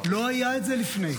לא היה את זה לפני,